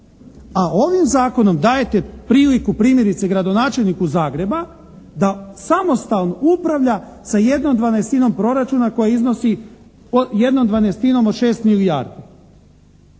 a ovim zakonom dajete priliku primjerice gradonačelniku Zagreba da samostalno upravlja sa 1/12 proračuna koji iznosi, od 1/12 od šest milijardi.